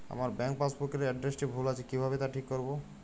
আমার bank passbook এর এড্রেসটি ভুল আছে কিভাবে তা ঠিক করবো?